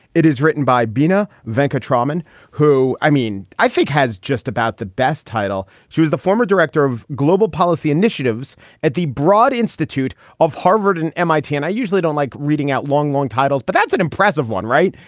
it is written by bina vanko trauma an who i mean, i think has just about the best title. she was the former director of global policy initiatives at the broad institute of harvard and m. i. t. and i usually don't like reading out long, long titles, but that's an impressive one, right?